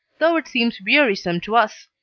though it seems wearisome to us.